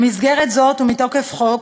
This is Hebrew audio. במסגרת זו, ומתוקף חוק,